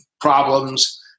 problems